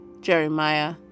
Jeremiah